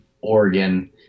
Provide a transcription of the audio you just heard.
Oregon